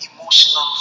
emotional